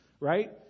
right